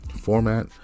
format